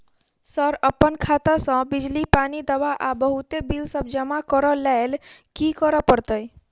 Sir अप्पन खाता सऽ बिजली, पानि, दवा आ बहुते बिल सब जमा करऽ लैल की करऽ परतै?